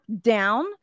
down